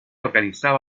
organizaba